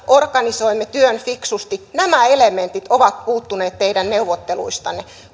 organisoimme työn fiksusti nämä elementit ovat puuttuneet teidän neuvotteluistanne